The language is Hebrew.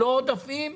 לא עודפים,